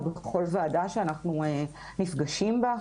או בכל ועדה שאנחנו נפגשים בה,